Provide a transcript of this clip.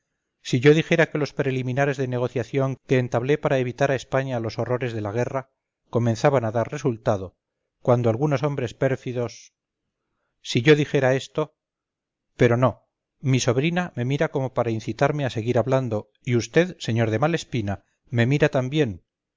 si yo dijera que los preliminares de negociación que entablé para evitar a españa los horrores de la guerra comenzaban a dar resultado cuando algunos hombres pérfidos si yo dijera esto pero no mi sobrina me mira como para incitarme a seguir hablando y vd sr de malespina me mira también